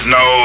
no